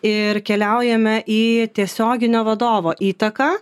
ir keliaujame į tiesioginio vadovo įtaką